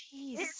Jeez